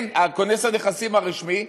כונס הנכסים הרשמי,